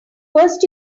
first